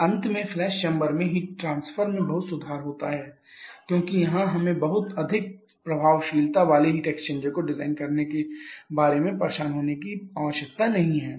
और अंत में फ्लैश चैंबर में हीट ट्रांसफर में बहुत सुधार होता है क्योंकि यहां हमें बहुत अधिक प्रभावशीलता वाले हीट एक्सचेंजर को डिजाइन करने के बारे में परेशान होने की आवश्यकता नहीं है